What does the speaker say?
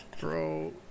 Bro